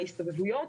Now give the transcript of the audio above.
מההסתובבויות,